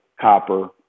copper